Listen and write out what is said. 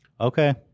Okay